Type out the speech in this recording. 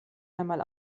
einmal